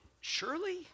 Surely